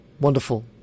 Wonderful